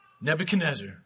Nebuchadnezzar